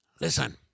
Listen